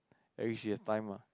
at least she has time ah